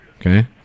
okay